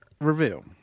reveal